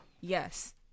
Yes